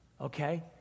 Okay